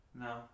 No